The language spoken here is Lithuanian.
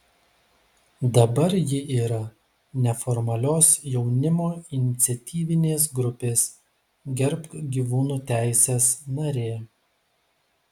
dabar ji yra neformalios jaunimo iniciatyvinės grupės gerbk gyvūnų teises narė